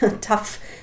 tough